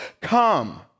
come